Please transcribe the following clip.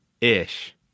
ish